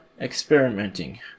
experimenting